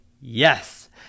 yes